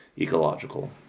ecological